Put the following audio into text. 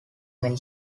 men